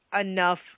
enough